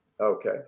Okay